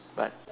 but